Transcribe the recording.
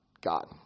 God